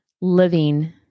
living